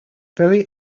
very